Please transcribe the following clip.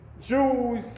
Jews